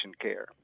care